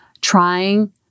trying